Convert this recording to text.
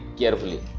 carefully